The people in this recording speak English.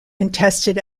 contested